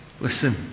Listen